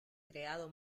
creado